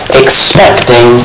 expecting